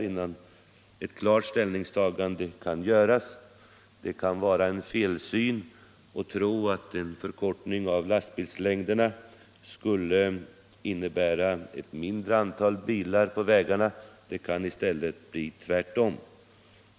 innan ett klart ställningstagande kan göras. Det kan vara en felsyn att tro, alt en förkortning av lastbilslängderna skulle innebära ett mindre antal bilar på vägarna. Det kan i stället bli tvärtom.